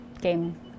game